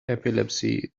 epilepsy